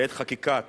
בעת חקיקת